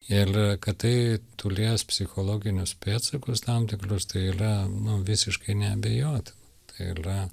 ir kad tai turės psichologinius pėdsakus tam tikrus tai yra nu visiškai neabejotina tai yra